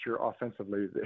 offensively